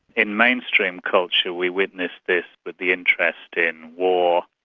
in mainstream culture, we witness this, with the interest in war,